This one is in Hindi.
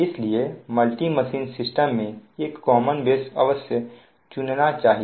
इसलिए मल्टी मशीन सिस्टम में एक कॉमन बेस अवश्य चुनना चाहिए